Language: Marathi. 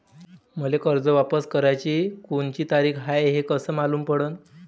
मले कर्ज वापस कराची कोनची तारीख हाय हे कस मालूम पडनं?